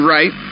Right